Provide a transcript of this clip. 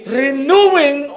renewing